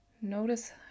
Notice